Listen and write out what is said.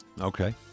okay